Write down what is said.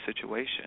situation